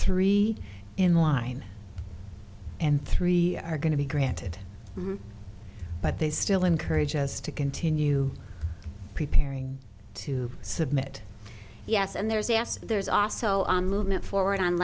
three in line and three are going to be granted but they still encourage us to continue preparing to submit yes and there's yes there's also on movement forward on